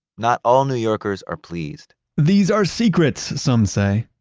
not all new yorkers are pleased these are secrets, some say,